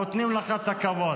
נותנים לך את הכבוד.